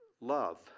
love